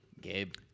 Gabe